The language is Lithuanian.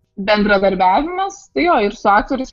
bendradarbiavimas tai jo ir su aktoriais